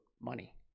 money